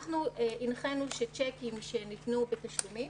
אנחנו הנחינו שצ'קים שניתנו בתשלומים